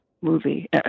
movie